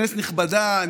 כנסת נכבדה,